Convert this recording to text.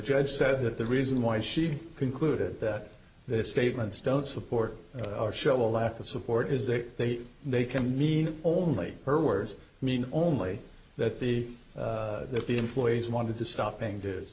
judge said that the reason why she concluded that this statements don't support show a lack of support is that they they can mean only her words mean only that the employees wanted to stop paying dues